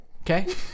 Okay